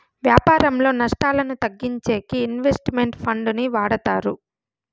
వ్యాపారంలో నష్టాలను తగ్గించేకి ఇన్వెస్ట్ మెంట్ ఫండ్ ని వాడతారు